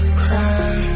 cry